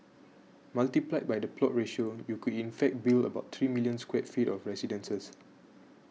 multiplied by the plot ratio you could in fact build about three million square feet of residences